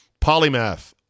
Polymath